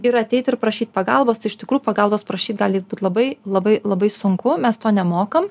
ir ateit ir prašyt pagalbos tai iš tikrų pagalbos prašyt gali būt labai labai labai sunku mes to nemokam